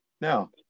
Now